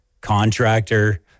contractor